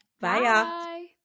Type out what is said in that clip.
Bye